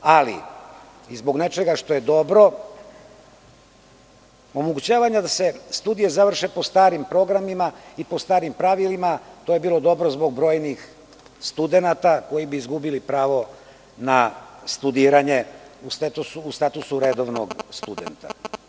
Ali i zbog nečega što je dobro, omogućavanja da se studije završe po starim programima i po starim pravilima, to bi bilo dobro zbog brojnih studenata koji bi izgubili pravo na studiranje u statusu redovnog studenta.